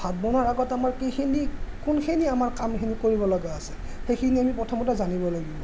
ভাত বনোৱাৰ আগত আমাৰ কিখিনি কোনখিনি আমাৰ কামখিনি কৰিবলগা আছে সেইখিনি আমি প্ৰথমতে জানিব লাগিব